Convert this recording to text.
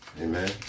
Amen